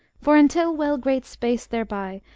for intill well-great space thereby,